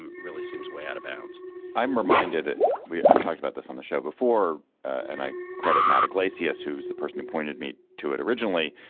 and really seems way out of bounds i'm reminded i've talked about this on the show before and i credit madoc lacy as who's the person who pointed me to it originally.